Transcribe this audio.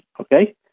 okay